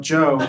Joe